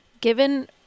given